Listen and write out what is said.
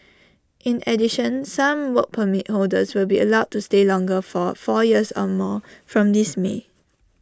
in addition some Work Permit holders will be allowed to stay longer for four years A more from this may